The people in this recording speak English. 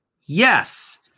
Yes